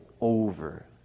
Over